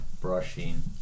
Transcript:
brushing